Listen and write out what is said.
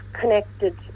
connected